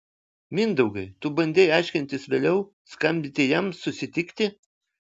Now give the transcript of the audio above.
mindaugai tu bandei aiškintis vėliau skambinti jam susitikti